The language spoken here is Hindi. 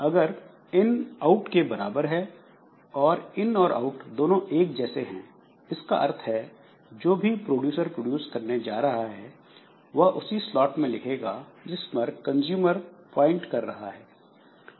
अगर इन आउट के बराबर है और इन और आउट दोनों एक जैसे हैं इसका अर्थ है जो भी प्रोड्यूसर प्रोड्यूस करने जा रहा है वह उसी स्लॉट में लिखेगा जिस पर कंजूमर पॉइंट कर रहा है